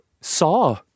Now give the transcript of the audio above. Saw